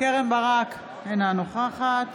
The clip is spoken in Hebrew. קרן ברק, אינה נוכחת